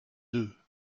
deux